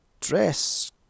dress